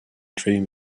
dream